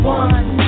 one